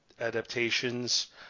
adaptations